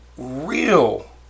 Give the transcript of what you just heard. Real